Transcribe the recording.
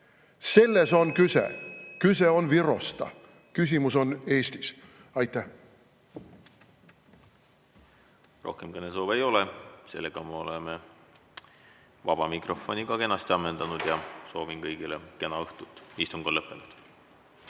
Selles onkyse. Kyse on Virosta. Küsimus on Eestis. Aitäh! Rohkem kõnesoove ei ole. Sellega me oleme vaba mikrofoni ka kenasti ammendanud ja soovin kõigile kena õhtut. Istung on lõppenud.